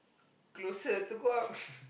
closer to go out